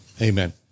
amen